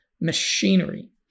machinery